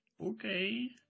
okay